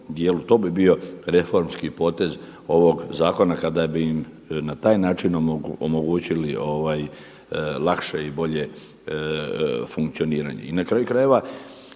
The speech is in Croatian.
to bi bio reformski potez ovog zakona kada bi im na taj način omogućili lakše i bolje funkcioniranje.